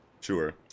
Sure